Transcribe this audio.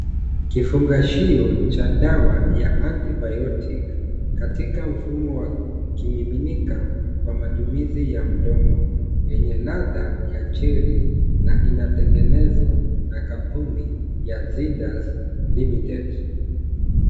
Kifungashio cha dawa ya antibiotic katika mfumo wa kimiminika kwa matumizi ya mdomo yenye ladha ya cherry na inatengenezwa na kampuni ya Lidas limited.